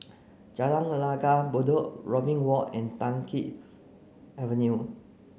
Jalan Langgar Bedok Robin Walk and Tai Keng Avenue